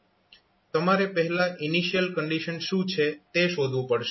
તમારે પહેલા initial condition શું છે તે શોધવું પડશે